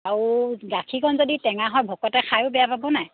আৰু গাখীৰকণ যদি টেঙা হয় ভকতে খায়ো বেয়া পাব নাই